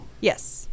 Yes